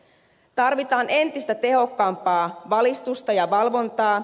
tarvitaan entistä tehokkaampaa valistusta ja valvontaa